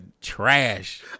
trash